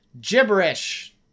gibberish